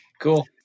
Cool